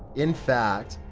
in fact,